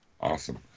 Awesome